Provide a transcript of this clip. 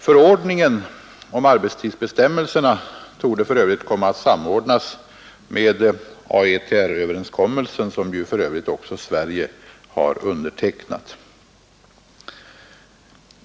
Förordningen om arbetstidsbestämmelserna torde för övrigt komma att samordnas med AETR-överenskommelsen, som för övrigt också Sverige har undertecknat.